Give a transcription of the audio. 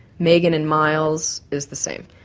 megan and miles is the same.